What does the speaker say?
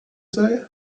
say